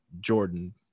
Jordan